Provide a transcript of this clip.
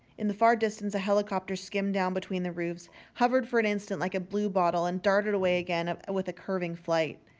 in the far distance a helicopter skimmed down between the roofs, hovered for an instant like a bluebottle, and darted away again ah with a curving flight.